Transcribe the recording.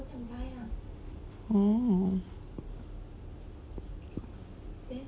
oh